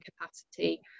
capacity